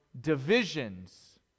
divisions